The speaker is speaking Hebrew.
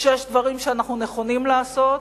שיש דברים שאנחנו נכונים לעשות,